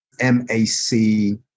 M-A-C